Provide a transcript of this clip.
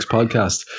Podcast